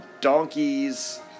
donkeys